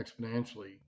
exponentially